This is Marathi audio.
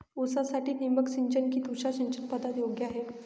ऊसासाठी ठिबक सिंचन कि तुषार सिंचन पद्धत योग्य आहे?